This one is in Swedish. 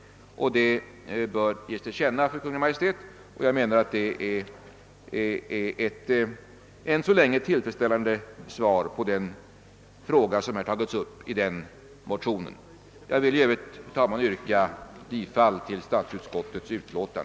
Vad utskottet sålunda anfört bör av riksdagen ges till känna för Kungl. Maj:t.» Det är ett än så länge tillfredsställande svar på den fråga som har tagits upp i denna motion. Jag vill i övrigt, herr talman, yrka bifall till statsutskottets hemställan.